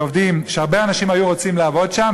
שהרבה אנשים היו רוצים לעבוד שם,